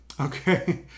Okay